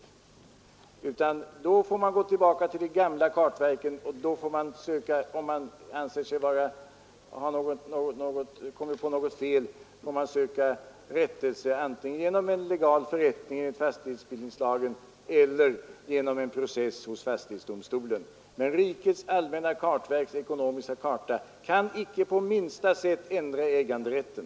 I sådana frågor får man gå tillbaka till de gamla kartverken, och om man anser sig ha kommit på något fel får man söka rättelse antingen genom en legal förrättning enligt fastighetsbildningslagen eller genom en process hos fastighetsdomstolen. Men rikets allmänna kartverks ekonomiska karta kan icke på minsta sätt ändra äganderätten.